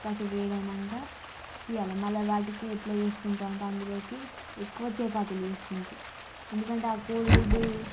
కాసేపు వేడైనాక తీయాలి మళ్ళా వాటికి ఎట్ల వేసుకుంటారంటే అందులోకి ఎక్కువ చపాతీలు చేసుకుంటారు ఎందుకంటే ఆ కోడిగుడ్డు